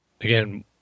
Again